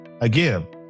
Again